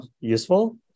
useful